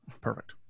Perfect